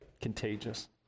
contagious